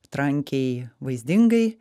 trankiai vaizdingai